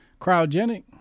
Cryogenic